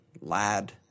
lad